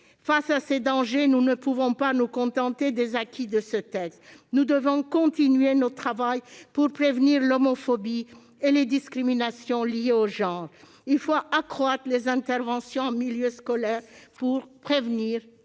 Face à de tels dangers, nous ne pouvons pas nous contenter des acquis de la proposition de loi. Nous devons continuer notre travail de lutte contre l'homophobie et les discriminations liées au genre. Il faut accroître les interventions en milieu scolaire pour prévenir et